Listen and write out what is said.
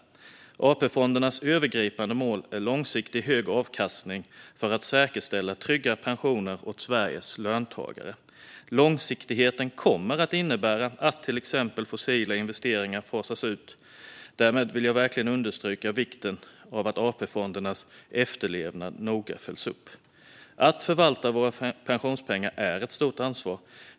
AP-fondernas övergripande mål är långsiktig, hög avkastning för att säkerställa trygga pensioner åt Sveriges löntagare. Långsiktigheten kommer att innebära att till exempel fossila investeringar fasas ut. Jag vill verkligen understryka vikten av att AP-fondernas efterlevnad noga följs upp. Att förvalta våra pensionspengar är ett stort ansvar.